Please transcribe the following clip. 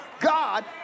God